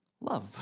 love